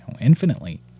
infinitely